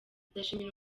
ndashimira